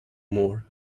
more